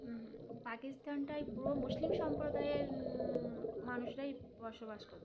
হম পাকিস্তানটায় পুরো মুসলিম সম্প্রদায়ের মানুষরাই বসবাস করত